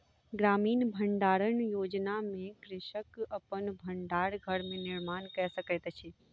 ग्रामीण भण्डारण योजना में कृषक अपन भण्डार घर के निर्माण कय सकैत अछि